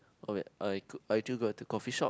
okay I cou~ I through got the coffee shop